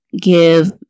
give